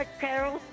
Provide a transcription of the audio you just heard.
Carol